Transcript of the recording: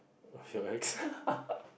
feel X